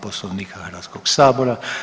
Poslovnika Hrvatskog sabora.